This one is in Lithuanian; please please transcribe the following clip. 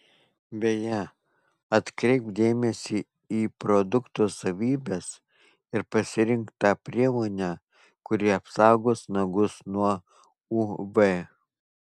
beje atkreipk dėmesį į produkto savybes ir pasirink tą priemonę kuri apsaugos nagus nuo uv